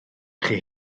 chi